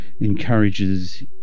encourages